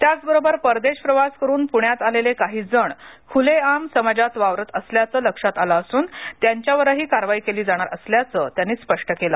त्याचबरोबर परदेश प्रवास करून पुण्यात आलेले काही जण खुलेआम समाजात वावरत असल्याचं लक्षात आलं असूनत्यांच्यावरही कारवाई केली जाणार असल्याचं त्यांनी स्पष्ट केलं